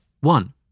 One